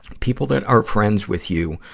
people that are friends with you,